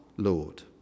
Lord